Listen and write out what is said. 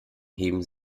heben